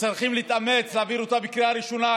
שצריכים להתאמץ ולהעביר אותה בקריאה ראשונה,